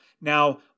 Now